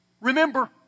remember